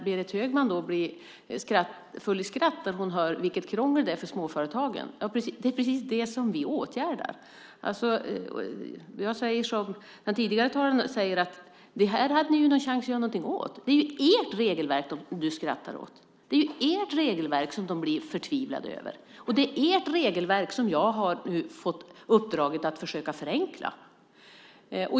Berit Högman blir full i skratt när hon hör vilket krångel det är för småföretagen. Det är precis det som vi åtgärdar. Jag säger som en tidigare talare: Det här hade ni ju en chans att göra någonting åt. Det är ert regelverk som du skrattar åt, det är ert regelverk som folk blir förtvivlade över, och det är ju ert regelverk som jag nu har fått uppdraget att försöka förenkla.